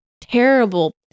terrible